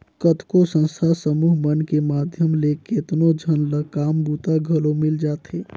कतको संस्था समूह मन के माध्यम ले केतनो झन ल काम बूता घलो मिल जाथे